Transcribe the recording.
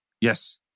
Yes